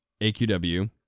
AQW